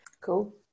Cool